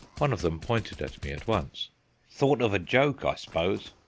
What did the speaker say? one of them pointed at me at once thought of a joke, i s'pose.